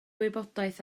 wybodaeth